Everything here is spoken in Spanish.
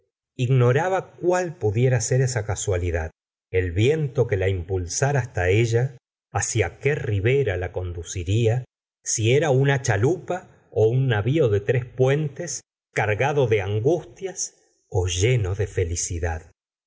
ignoraba cual pudiera ser esa casualidad el viento que la impulsara hasta ella hacia que ribera la conduciría si era una chalupa ó un navío de tres puentes cargado de angustias ó lleno de felicidad